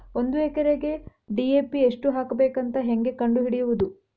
ಒಂದು ಎಕರೆಗೆ ಡಿ.ಎ.ಪಿ ಎಷ್ಟು ಹಾಕಬೇಕಂತ ಹೆಂಗೆ ಕಂಡು ಹಿಡಿಯುವುದು?